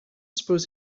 suppose